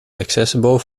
accessible